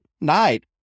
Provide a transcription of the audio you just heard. night